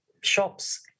shops